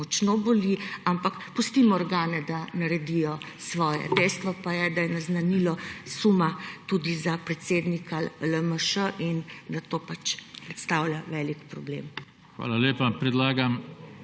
ampak pustimo organe, da naredijo svoje. Dejstvo je, da je naznanilo suma tudi za predsednika LMŠ in da to pač predstavlja velik problem. PODPREDSEDNIK